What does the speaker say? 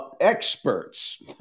experts